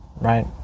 Right